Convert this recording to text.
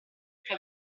che